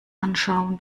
anschauen